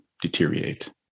deteriorate